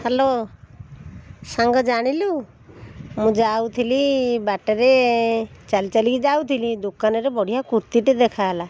hello ସାଙ୍ଗ ଜାଣିଲୁ ମୁଁ ଯାଉଥିଲି ବାଟରେ ଚାଲିଚାଲି କି ଯାଉଥିଲି ଦୋକାନରେ ବଢ଼ିଆ କୁର୍ତ୍ତିଟେ ଦେଖା ହେଲା